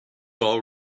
all